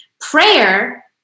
Prayer